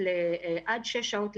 אף ערערו ושוחררו.